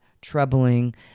troubling